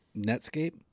Netscape